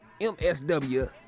msw